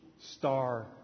star